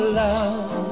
love